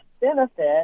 benefit